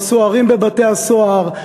לסוהרים בבתי-הסוהר,